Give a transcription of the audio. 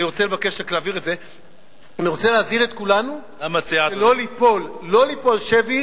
אני רוצה להזהיר את כולנו לא ללכת שבי